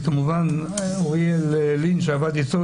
וכמובן אוריאל לין שעבד איתו,